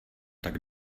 tak